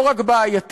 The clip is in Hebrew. לא רק בעייתית,